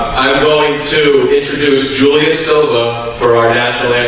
going to introduce julia silva for our